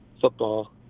football